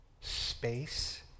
space